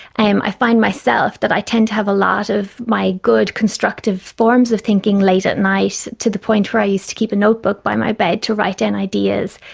i um i find myself that i tend to have a lot of my good constructive forms of thinking late at night, to the point where i used to keep a notebook by my bed to write down ideas.